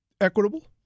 equitable